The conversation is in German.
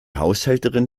haushälterin